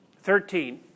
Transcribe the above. Thirteen